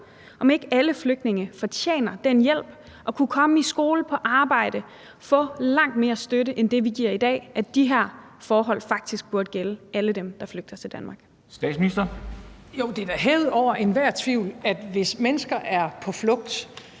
om ikke alle flygtninge fortjener den hjælp at kunne komme i skole, på arbejde, få langt mere støtte end det, vi giver i dag – om ikke de her forhold faktisk burde gælde alle dem, der flytter til Danmark. Kl. 13:29 Formanden (Henrik Dam Kristensen): Statsministeren. Kl.